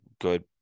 good